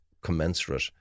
commensurate